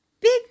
big